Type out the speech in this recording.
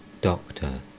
Doctor